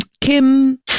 Kim